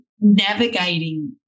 Navigating